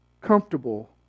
comfortable